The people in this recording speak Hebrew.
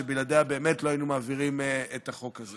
שבלעדיה באמת לא היינו מעבירים את החוק הזה.